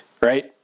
right